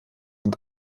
und